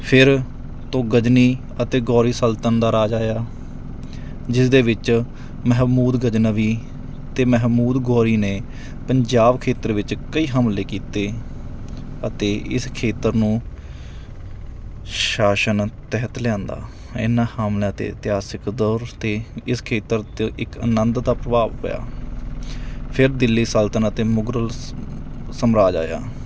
ਫਿਰ ਤੋਂ ਗਜ਼ਨੀ ਅਤੇ ਗੌਰੀ ਸਲਤਨਤ ਦਾ ਰਾਜ ਆਇਆ ਜਿਸਦੇ ਵਿੱਚ ਮਹਿਮੂਦ ਗਜ਼ਨਵੀ ਅਤੇ ਮਹਿਮੂਦ ਗੌਰੀ ਨੇ ਪੰਜਾਬ ਖੇਤਰ ਵਿੱਚ ਕਈ ਹਮਲੇ ਕੀਤੇ ਅਤੇ ਇਸ ਖੇਤਰ ਨੂੰ ਸ਼ਾਸਨ ਤਹਿਤ ਲਿਆਂਦਾ ਇਹਨਾਂ ਹਮਲਿਆਂ 'ਤੇ ਇਤਿਹਾਸਿਕ ਦੌਰ 'ਤੇ ਇਸ ਖੇਤਰ 'ਤੇ ਇੱਕ ਆਨੰਦ ਦਾ ਪ੍ਰਭਾਵ ਪਿਆ ਫਿਰ ਦਿੱਲੀ ਸਲਤਨਤ 'ਤੇ ਮੁਗਲ ਸਾਮਰਾਜ ਆਇਆ